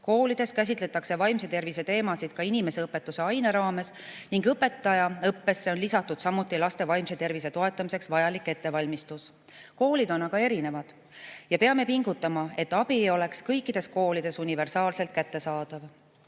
Koolides käsitletakse vaimse tervise teemasid ka inimeseõpetuse aine raames ning õpetajaõppesse on lisatud samuti laste vaimse tervise toetamiseks vajalik ettevalmistus. Koolid on aga erinevad ja peame pingutama, et abi oleks kõikides koolides universaalselt kättesaadav.